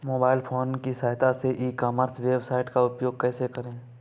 Mobile phone की सहायता से ई कॉमर्स वेबसाइट का उपयोग कैसे करें?